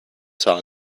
saw